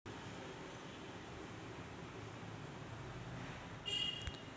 UPI सध्या सर्वात जास्त वापरलेला फंड ट्रान्सफर मोड आहे